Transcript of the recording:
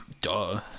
Duh